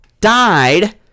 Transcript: died